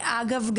אגב,